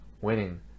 winning